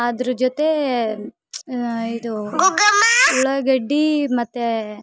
ಅದ್ರ ಜೊತೇ ಇದು ಉಳ್ಳಾಗಡ್ಡೆ ಮತ್ತು